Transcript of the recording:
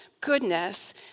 goodness